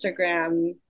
Instagram